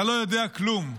אתה לא יודע כלום.